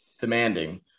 demanding